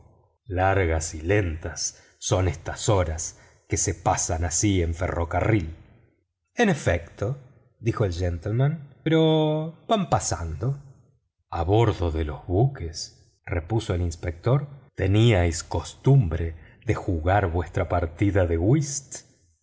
y lentas son estas horas que se pasan así en ferrocarril en efecto dijo el gentleman pero van pasando a bordo de los buques repuso el inspector teníais costumbre de jugar vuestra partida de whist